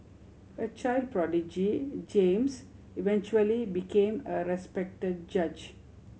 a child prodigy James eventually became a respect judge